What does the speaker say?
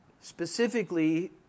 specifically